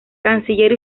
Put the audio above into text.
canciller